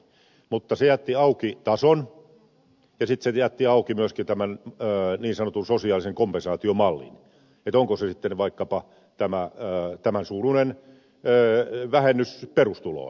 mutta se jätti auki tason ja sitten se jätti auki myöskin tämän niin sanotun sosiaalisen kompensaatiomallin onko se sitten vaikkapa tämän suuruinen vähennys perustuloon